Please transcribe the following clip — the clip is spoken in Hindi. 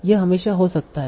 यह हमेशा हो सकता है